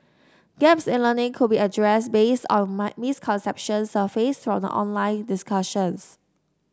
gaps in learning could be addressed based on my misconceptions surfaced from the online discussions